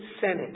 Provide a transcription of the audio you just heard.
Senate